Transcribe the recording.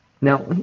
Now